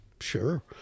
sure